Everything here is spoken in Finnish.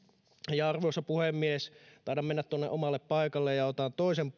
ja arvoisa puhemies taidan mennä tuonne omalle paikalle ja otan toisen